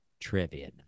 Trivia